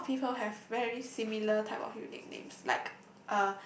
a lot of people have very similar type of unique names like